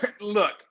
look